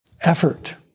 effort